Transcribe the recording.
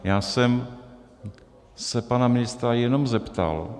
Já jsem se pana ministra jenom zeptal.